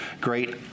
great